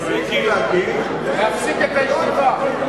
להפסיק את הישיבה.